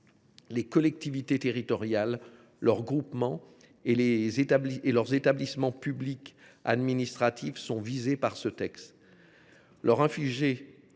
Les collectivités territoriales, leurs groupements et leurs établissements publics administratifs sont visés par ce texte.